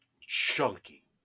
chunky